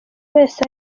wese